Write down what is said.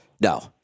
No